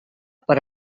per